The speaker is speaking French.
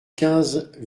quinze